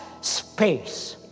space